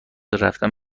رفتن